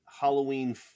Halloween